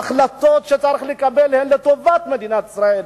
ההחלטות שצריך לקבל הן לטובת מדינת ישראל,